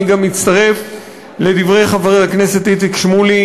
אני גם מצטרף לדברי חבר הכנסת איציק שמולי,